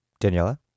Daniela